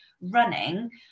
running